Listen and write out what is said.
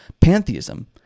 Pantheism